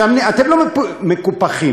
אתם לא מקופחים,